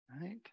right